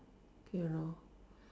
okay lor